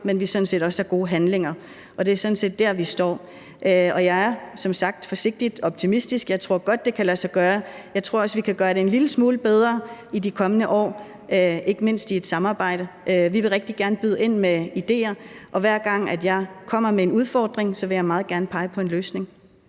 men at vi sådan set også har gode handlinger, og det er der, vi står. Og jeg er som sagt forsigtigt optimistisk. Jeg tror godt, det kan lade sig gøre. Jeg tror også, vi kan gøre det en lille smule bedre i de kommende år, ikke mindst i et samarbejde. Vi vil rigtig gerne byde ind med ideer, og hver gang jeg kommer med en udfordring, vil jeg meget gerne pege på en løsning.